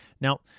Now